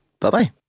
Bye-bye